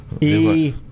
E-